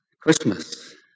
Christmas